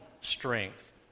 strength